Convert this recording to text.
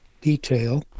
detail